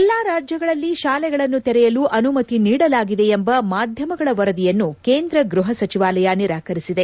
ಎಲ್ಲಾ ರಾಜ್ಯಗಳಲ್ಲಿ ಶಾಲೆಗಳನ್ನು ತೆರೆಯಲು ಅನುಮತಿ ನೀಡಲಾಗಿದೆ ಎಂಬ ಮಾಧ್ಯಮಗಳ ವರದಿಯನ್ನು ಕೇಂದ್ರ ಗೃಹ ಸಚಿವಾಲಯ ನಿರಾಕರಿಸಿದೆ